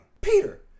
Peter